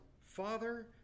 Father